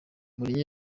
mourinho